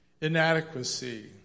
inadequacy